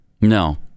No